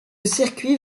circuit